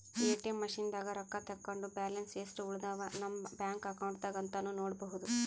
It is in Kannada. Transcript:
ಎ.ಟಿ.ಎಮ್ ಮಷಿನ್ದಾಗ್ ರೊಕ್ಕ ತಕ್ಕೊಂಡ್ ಬ್ಯಾಲೆನ್ಸ್ ಯೆಸ್ಟ್ ಉಳದವ್ ನಮ್ ಬ್ಯಾಂಕ್ ಅಕೌಂಟ್ದಾಗ್ ಅಂತಾನೂ ನೋಡ್ಬಹುದ್